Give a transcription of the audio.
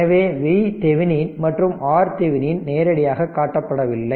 எனவே VThevenin மற்றும் RThevenin நேரடியாகக் காட்டப்படவில்லை